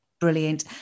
Brilliant